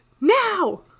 now